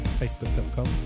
facebook.com